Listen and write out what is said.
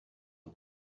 are